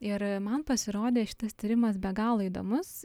ir man pasirodė šitas tyrimas be galo įdomus